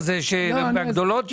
לא.